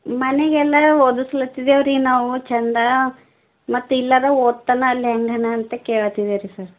ಮನೆಗೆಲ್ಲ ಓದಿಸ್ಲತ್ತಿದ್ದೇವೆ ರಿ ನಾವು ಚಂದ ಮತ್ತು ಇಲ್ಲಾರು ಓದ್ತಾನೆ ಅಲ್ಲಿ ಹೇಗನ ಅಂತ ಕೇಳತಿದ್ದೆ ರಿ ಸರ್